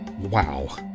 wow